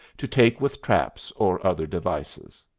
to take with traps or other devices.